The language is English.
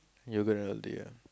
yoghurt and ah